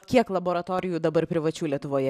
kiek laboratorijų dabar privačių lietuvoje